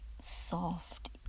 soft